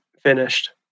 finished